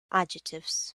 adjectives